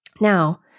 Now